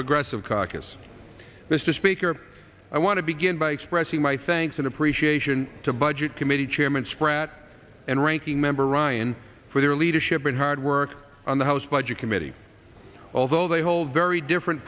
progressive caucus mr speaker i want to begin by expressing my thanks and appreciation to budget committee chairman spratt and ranking member ryan for their leadership and hard work on the house budget committee although they hold very different